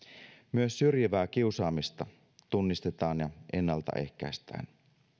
myös syrjivää kiusaamista tunnistetaan ja ennaltaehkäistään